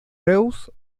reus